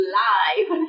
live